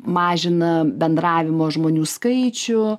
mažina bendravimo žmonių skaičių